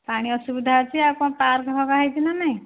ପାଣି ଅସୁବିଧା ଅଛି ଆଉ କ'ଣ ପାର୍କ ହେଇଛି ନା ନାହିଁ